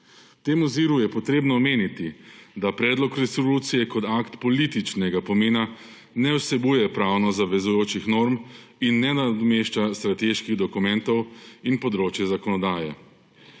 Zato je treba omeniti, da predlog resolucije kot akt političnega pomena ne vsebuje pravno zavezujočih norm in ne nadomešča strateških dokumentov in področja zakonodaje.